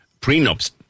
prenups